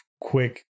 quick